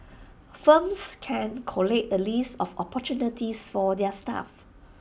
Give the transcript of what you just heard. firms can collate the list of opportunities for their staff